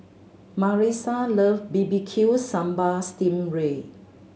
Marisa love B B Q Sambal sting ray